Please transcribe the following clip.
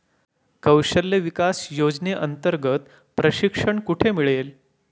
कौशल्य विकास योजनेअंतर्गत प्रशिक्षण कुठे मिळेल?